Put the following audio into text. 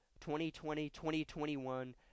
2020-2021